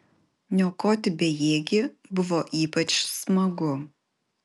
niokoti bejėgį buvo ypač smagu